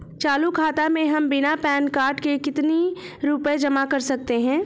चालू खाता में हम बिना पैन कार्ड के कितनी रूपए जमा कर सकते हैं?